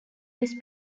this